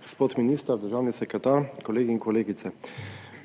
gospod minister, državni sekretar, kolegi in kolegice!